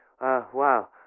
wow